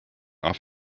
off